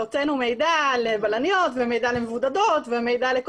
הוצאנו מידע לבלניות ולמבודדות ולכל